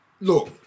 Look